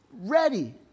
ready